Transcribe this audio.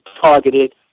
targeted